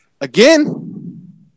Again